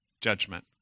Judgment